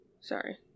Sorry